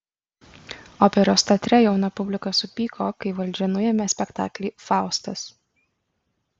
operos teatre jauna publika supyko kai valdžia nuėmė spektaklį faustas